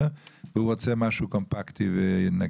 והוא צריך איזה משהו יותר קומפקטי ונגיש,